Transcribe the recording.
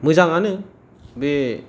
मोजांआनो बे